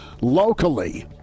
locally